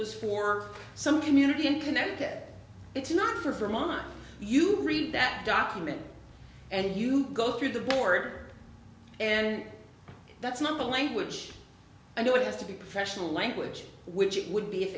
was for some community in connecticut it's not for mine you read that document and you go through the board and that's not the language i know it has to be professional language which it would be if